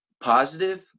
positive